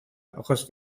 achos